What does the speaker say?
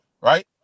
right